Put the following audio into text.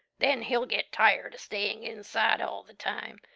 then he'll get tired of staying inside all the time,